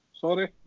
sorry